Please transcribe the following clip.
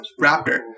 Raptor